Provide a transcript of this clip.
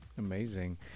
Amazing